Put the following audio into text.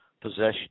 possession